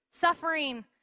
suffering